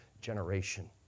generation